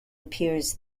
appears